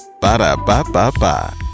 Ba-da-ba-ba-ba